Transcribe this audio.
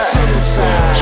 Suicide